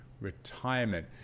retirement